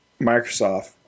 Microsoft